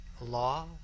law